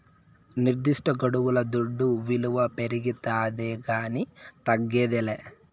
నిర్దిష్టగడువుల దుడ్డు విలువ పెరగతాదే కానీ తగ్గదేలా